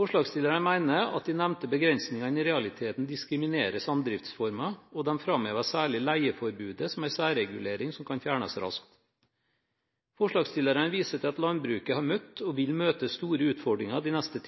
Forslagsstillerne mener at de nevnte begrensningene i realiteten diskriminerer samdriftsformen, og de framhever særlig leieforbudet som en særregulering som kan fjernes raskt. Forslagsstillerne viser til at landbruket har møtt og vil møte store utfordringer de neste